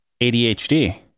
ADHD